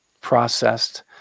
processed